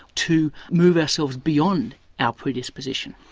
to move ourselves beyond our predisposition.